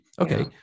okay